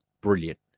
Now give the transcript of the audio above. brilliant